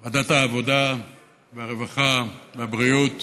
ועדת העבודה הרווחה והבריאות